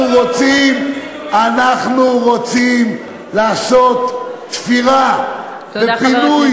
תבוא ותאמר: אנחנו רוצים לעשות תפירה ופינוי